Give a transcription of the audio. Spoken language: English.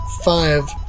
five